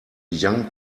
young